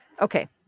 Okay